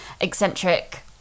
eccentric